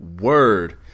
Word